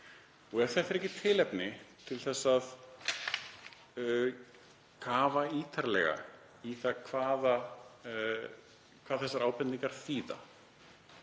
Ef þetta er ekki tilefni til þess að kafa ítarlega ofan í það hvað þessar ábendingar þýða,